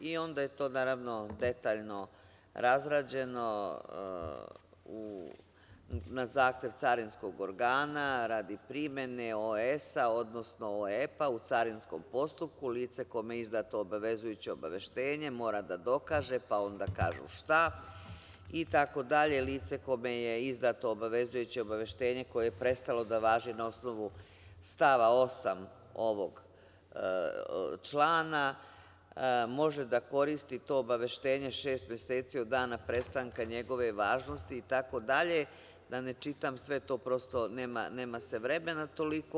I onda je to naravno detaljno razrađeno na zahtev carinskog organa, radi primene OES odnosno OEP u carinskom postupku, lice kome je izdato obavezujuće obaveštenje mora da dokaže, pa onda kažu šta, i tako dalje, lice kome je izdato obavezujuće obaveštenje koje je prestalo da važi na osnovu stava 8. ovog člana može da koristi to obaveštenje šest meseci od dana prestanka njegove važnosti i tako dalje, da ne čitam sve to, prosto nema se vremena toliko.